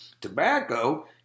Tobacco